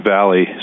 Valley